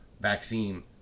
vaccine